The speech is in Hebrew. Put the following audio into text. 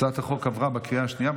הצעת החוק עברה בקריאה השנייה.